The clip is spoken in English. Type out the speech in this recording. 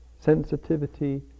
Sensitivity